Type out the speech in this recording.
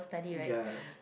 ya